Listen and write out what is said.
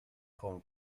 hong